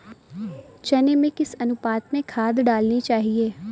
चने में किस अनुपात में खाद डालनी चाहिए?